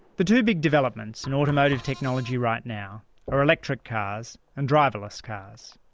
the two big developments in automotive technology right now are electric cars and driverless cars.